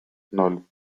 ноль